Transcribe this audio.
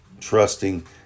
Trusting